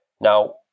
Now